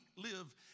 live